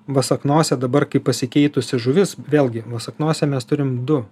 vasaknose dabar kai pasikeitusi žuvis vėlgi vasaknose mes turim du